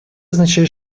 означает